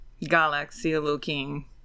galaxy-looking